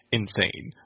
insane